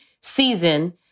season